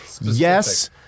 yes